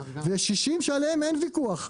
ו-60 שעליהם אין ויכוח.